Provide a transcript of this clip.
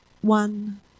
One